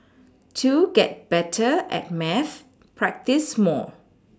to get better at maths practise more